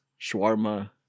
shawarma